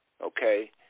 Okay